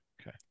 okay